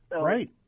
Right